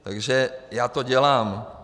Takže já to dělám.